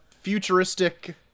futuristic